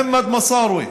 מסארווה,